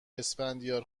اسفندیار